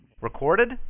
Recorded